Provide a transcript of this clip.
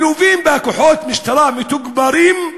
מלווים בכוחות משטרה מתוגברים,